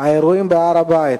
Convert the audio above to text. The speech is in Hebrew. האירועים בהר-הבית,